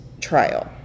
trial